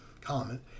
Comment